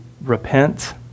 repent